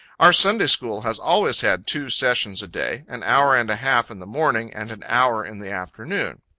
our sunday school has always had two sessions a day an hour and a half in the morning, and an hour in the afternoon.